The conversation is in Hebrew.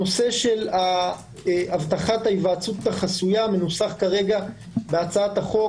הנושא של הבטחת ההיוועצות החסויה מנוסח כרגע בהצעת החוק